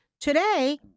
Today